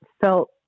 felt